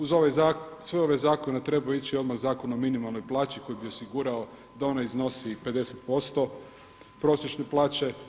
Uz sve ove zakone trebao je ići odmah Zakon o minimalnoj plaći koji bi osigurao da ona iznosi 50 posto prosječne plaće.